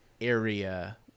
area